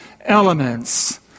elements